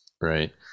Right